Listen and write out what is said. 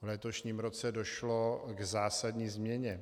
V letošním roce došlo k zásadní změně.